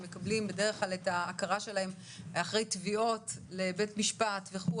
שמקבלים בדרך כלל את ההכרה שלהם אחרי תביעות לבית משפט וכו',